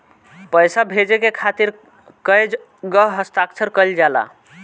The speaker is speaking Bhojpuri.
पैसा भेजे के खातिर कै जगह हस्ताक्षर कैइल जाला?